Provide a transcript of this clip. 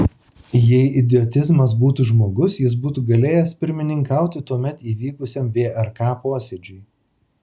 jei idiotizmas būtų žmogus jis būtų galėjęs pirmininkauti tuomet įvykusiam vrk posėdžiui